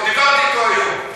דיברתי אתו היום.